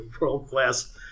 world-class